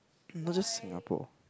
not just Singapore